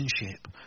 relationship